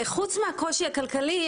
חוץ מהקושי הכלכלי,